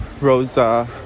Rosa